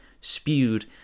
spewed